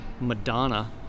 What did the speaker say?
Madonna